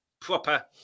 proper